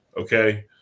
Okay